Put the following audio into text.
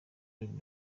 league